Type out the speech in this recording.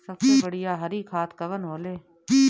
सबसे बढ़िया हरी खाद कवन होले?